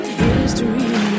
history